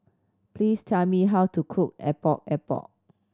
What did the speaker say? please tell me how to cook Epok Epok